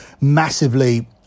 massively